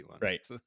right